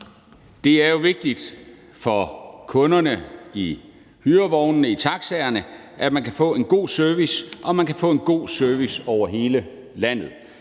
Det er jo vigtigt for kunderne i hyrevognene, i taxaerne, at man kan få en god service, og at man kan få en god service over hele landet.